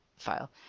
File